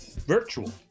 virtual